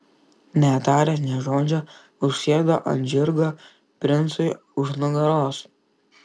netaręs nė žodžio užsėdo ant žirgo princui už nugaros